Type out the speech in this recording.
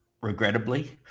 regrettably